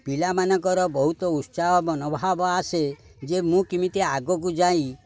ପିଲାମାନଙ୍କର ବହୁତ ଉତ୍ସାହ ମନୋଭାବ ଆସେ ଯେ ମୁଁ କେମିତି ଆଗକୁ ଯାଇ